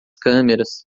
câmeras